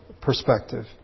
perspective